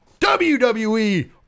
wwe